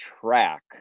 track